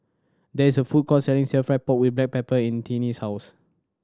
there is a food court selling Stir Fried Pork With Black Pepper in Tiny's house